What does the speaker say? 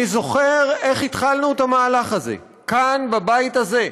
אני זוכר איך התחלנו את המהלך הזה, כאן, בבית הזה,